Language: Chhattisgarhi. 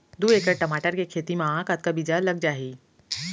दू एकड़ टमाटर के खेती मा कतका बीजा लग जाही?